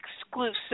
exclusive